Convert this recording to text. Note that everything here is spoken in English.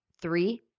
three